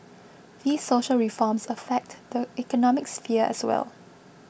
these social reforms affect the economic sphere as well